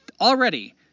Already